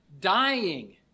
dying